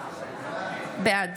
בעד